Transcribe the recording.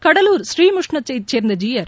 கடலூர் புநீமுஷ்ணத்தைச் சேர்ந்த ஜீயர்